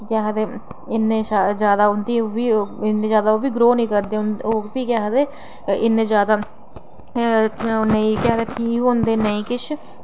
केह् आखदे इन्नी जादा उं'दी इन्नी जादा ओह्बी ग्रोऽ निं करदे ओह्बी केह् आखदे इन्ने जादा नेईं केह् आखदे ठीक होंदे नेईं किश